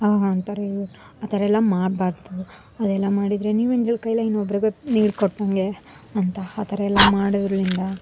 ಆಹಾ ಅಂತಾರೆ ಇವರು ಆ ಥರ ಎಲ್ಲ ಮಾಡಬಾರ್ದು ಅದೆಲ್ಲ ಮಾಡಿದರೆ ನೀವು ಎಂಜಲು ಕೈಯ್ಯಲ್ಲೇ ಇನ್ನೊಬ್ರಿಗೆ ನೀರು ಕೊಟ್ಟಂತೆ ಅಂತ ಆ ಥರ ಎಲ್ಲ ಮಾಡೋದ್ರಿಂದ